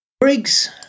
Briggs